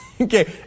Okay